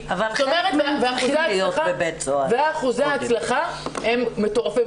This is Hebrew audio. זה 1/7. ואחוזי ההצלחה הם מטורפים.